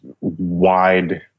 wide